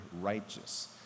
righteous